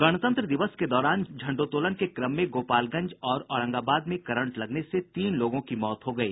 गणतंत्र दिवस के दौरान झंडोत्तोलन के क्रम में गोपालगंज और औरंगाबाद में करंट लगने से तीन लोगों की मौत हो गयी